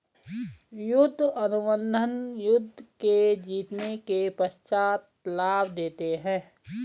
युद्ध अनुबंध युद्ध के जीतने के पश्चात लाभ देते हैं